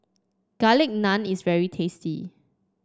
Garlic Naan is very tasty